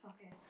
Okay